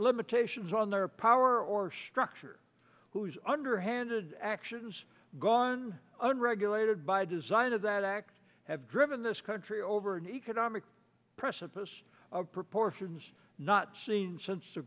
limitations on their power or structure whose underhanded actions gone and regulated by design of that act have driven this country over an economic precipice of proportions not seen since the